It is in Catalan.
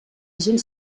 gent